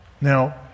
Now